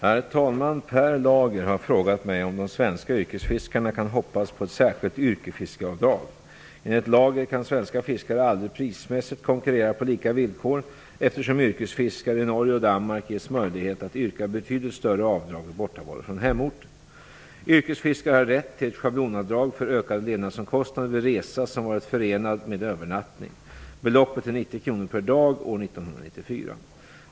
Herr talman! Per Lager har frågat mig om de svenska yrkesfiskarna kan hoppas på ett särskilt yrkesfiskeavdrag. Enligt Lager kan svenska fiskare aldrig prismässigt kunkurrera på lika villkor, eftersom yrkesfiskare i Norge och Danmark ges möjlighet att yrka betydligt större avdrag vid bortovaro från hemorten. 1994.